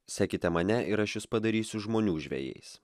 sekite mane ir aš jus padarysiu žmonių žvejais